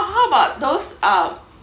how about those um